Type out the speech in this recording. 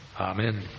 Amen